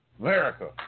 America